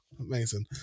amazing